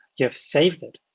you have saved it.